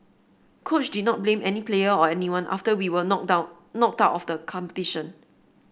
coach did not blame any player or anyone after we were knocked down knocked out of the competition